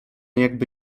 jakby